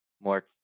more